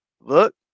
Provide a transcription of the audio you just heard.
Look